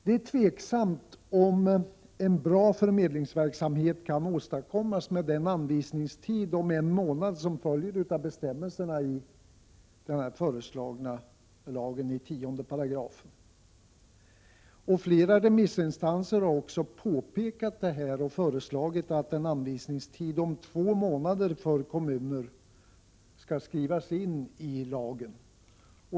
Det är tveksamt om en bra förmedlingsverksamhet kan åstadkommas med den anvisningstid om en månad som följer av bestämmelserna i 10 § i den föreslagna lagen. Flera remissinstanser har också påpekat detta och föreslagit att en anvisningstid om två månader för kommuner skall skrivas in i lagen.